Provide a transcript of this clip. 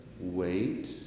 wait